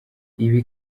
ibi